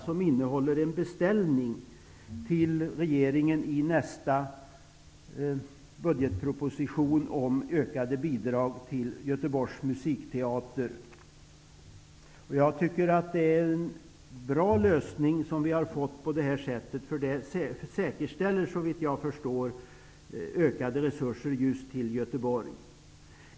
Det innebär en beställning till regeringen att i nästa budgetproposition ge ökade bidrag till Göteborgs musikteater. Jag tycker att vi på det här sättet har funnit en bra lösning, eftersom det såvitt jag förstår säkerställer ökade resurser just till Göteborg.